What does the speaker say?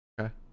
Okay